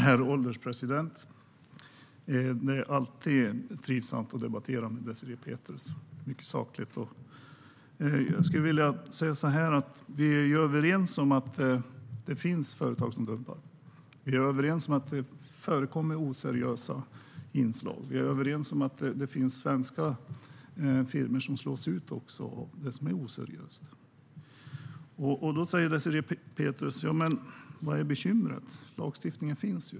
Herr ålderspresident! Det är alltid trivsamt att debattera med Désirée Pethrus eftersom hon är mycket saklig. Vi är överens om att det finns företag som dumpar. Vi är överens om att det förekommer oseriösa inslag. Vi är överens om att det finns svenska firmor som slås ut av det som är oseriöst. Désirée Pethrus undrar vad bekymret är; det finns ju en lagstiftning.